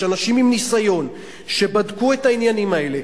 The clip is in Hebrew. יש אנשים עם ניסיון שבדקו את העניינים האלה,